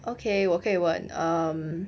okay 我可以问 um